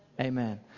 Amen